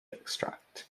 extract